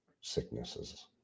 sicknesses